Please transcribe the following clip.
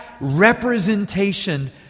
representation